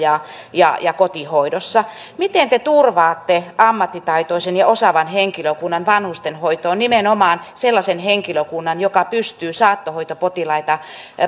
ja ja kotihoidossa miten te turvaatte ammattitaitoisen ja osaavan henkilökunnan vanhustenhoitoon nimenomaan sellaisen henkilökunnan joka pystyy saattohoitopotilaita